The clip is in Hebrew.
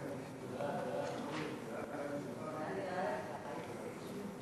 ההצעה להעביר את הצעת חוק נכי רדיפות הנאצים (תיקון מס'